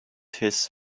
his